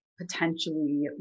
potentially